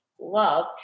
love